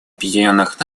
объединенных